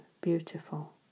beautiful